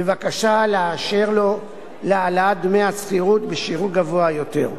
בבקשה לאשר לו העלאת דמי השכירות בשיעור גבוה יותר.